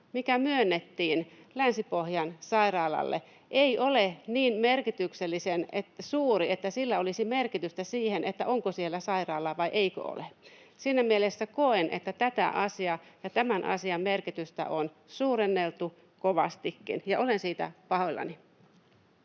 mikä myönnettiin Länsi-Pohjan sairaalalle, ei ole niin merkityksellisen suuri, että sillä olisi merkitystä siinä, onko siellä sairaalaa vai eikö ole. Siinä mielessä koen, että tätä asiaa ja tämän asian merkitystä on suurenneltu kovastikin, ja olen siitä pahoillani.